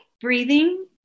breathing